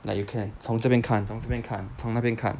like you can 从这边看从这边看从那边看